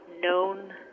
known